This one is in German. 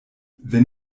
wenn